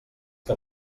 que